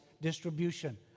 distribution